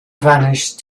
vanished